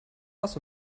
ass